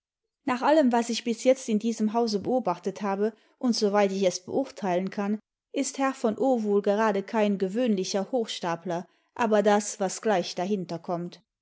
nach allem was ich bis jetzt in diesem hause beobachtet habe und soweit ich es beurteilen kann ist herr v o wohl gerade kein gewöhnlicher hochstapler aber das was gleich dahinter kommt